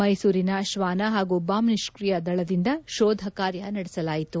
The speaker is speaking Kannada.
ಮೈಸೂರಿನ ಶ್ವಾನ ಹಾಗೂ ಬಾಂಬ್ ನಿಷ್ಕಿ ಯ ದಳದಿಂದ ಶೋಧ ಕಾರ್ಯ ನಡೆಸಲಾಯಿತು